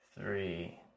three